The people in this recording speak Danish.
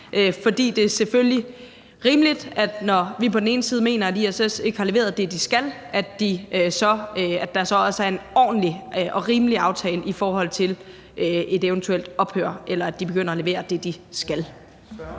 fordi det selvfølgelig er rimeligt, at når vi på den ene side mener, at ISS ikke har leveret det, de skal, at der så også er en ordentlig og rimelig aftale i forhold til et eventuelt ophør, eller at de begynder at levere det, de skal.